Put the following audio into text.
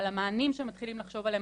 על המענים שמתחילים לחשוב עליהם,